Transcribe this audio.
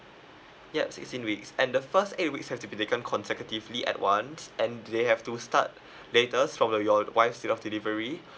yup sixteen weeks and the first eight weeks have to be taken consecutively at once and they have to start latest from uh your wife delivery